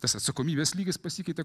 tas atsakomybės lygis pasikeitė